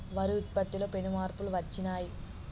వరి ఉత్పత్తిలో పెను మార్పులు వచ్చినాయ్